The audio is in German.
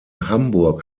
hamburg